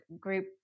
group